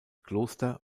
kloster